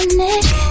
neck